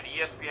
ESPN